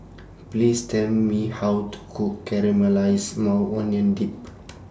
Please Tell Me How to Cook Caramelized Maui Onion Dip